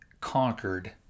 conquered